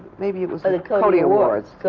maybe it was the the coty awards. so